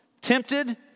tempted